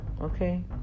Okay